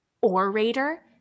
orator